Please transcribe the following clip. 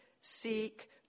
seek